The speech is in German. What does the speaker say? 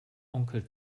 onkel